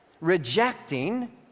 rejecting